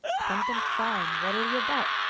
somethin' fine! what'll you bet?